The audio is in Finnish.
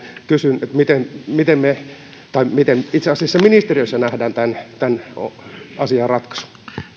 kysyn miten miten me tai miten itse asiassa ministeriössä nähdään tämän tämän asian ratkaisu